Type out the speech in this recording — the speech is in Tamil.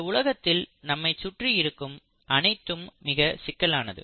இந்த உலகத்தில் நம்மை சுற்றி இருக்கும் அனைத்தும் மிக சிக்கலானது